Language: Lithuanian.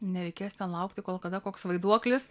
nereikės laukti kol kada koks vaiduoklis